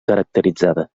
caracteritzada